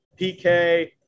PK –